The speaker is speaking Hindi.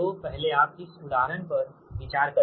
तो पहले आप इस उदाहरण पर विचार करें